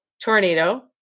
tornado